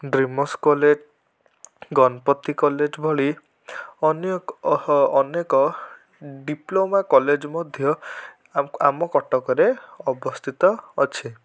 dreamers college Ganapati college ଭଳି ଅନେକ ଅହ ଅନେକ ଡିପ୍ଲୋମା କଲେଜ୍ ମଧ୍ୟ ଆମ କଟକରେ ଅବସ୍ଥିତ ଅଛି